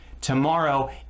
Tomorrow